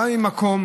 בא ממקום